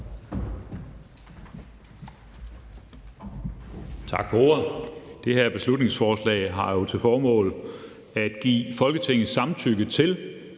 Tak for ordet. Det her beslutningsforslag har jo til formål at give Folketingets samtykke til,